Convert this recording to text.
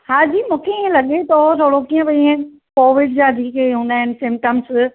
हा जी मूंखे इएं लॻे थो थोरो की न भई कोविड जा जींअं के हूंदा आहिनि सिम्प्टम्स